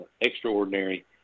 extraordinary